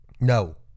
No